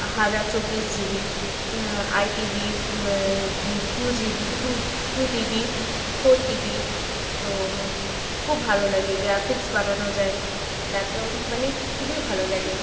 হাজার চব্বিশ GB I TB two GB two two TB four TB তো খুব ভালো লাগে গ্রাফিক্স বানানো যায় ল্যাপটপ মানে খুবই ভালো লাগে